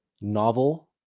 novel